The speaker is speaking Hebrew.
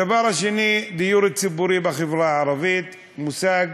הדבר השני, דיור ציבורי בחברה הערבית, מושג